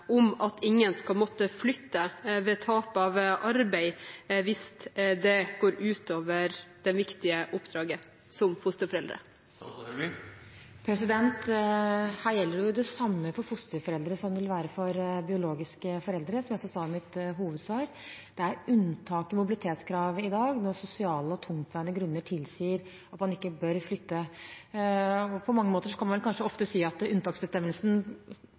om at ingen skal måtte flytte ved tap av arbeid hvis det går ut over det viktige oppdraget som fosterforeldre. Her gjelder det samme for fosterforeldre som for biologiske foreldre, som jeg også sa i mitt hovedsvar. Det er unntak i mobilitetskravet i dag når sosiale og tungtveiende grunner tilsier at man ikke bør flytte. På mange måter kan man vel ofte si at unntaksbestemmelsen